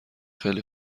خیلی